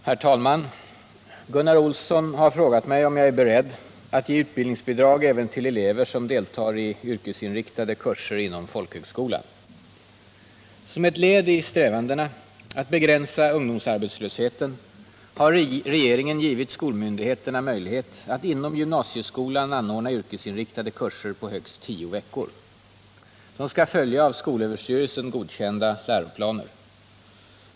Herr talman! Gunnar Olsson har frågat mig om jag är beredd att ge utbildningsbidrag även till elever som deltar i yrkesinriktade kurser inom folkhögskolan. Som ett led i strävandena att begränsa ungdomsarbetslösheten har regeringen givit skolmyndigheterna möjlighet att inom gymnasieskolan anordna yrkesinriktade kurser på högst tio veckor. De skall följa av skolöverstyrelsen godkända läroplaner.